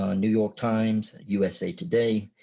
ah new york times, usa today.